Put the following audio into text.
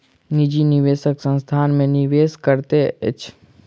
निजी निवेशक संस्थान में निवेश करैत अछि